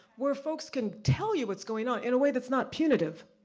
where folks can tell you what's going on, in a way that's not punitive.